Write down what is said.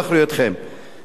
הדבר הנוסף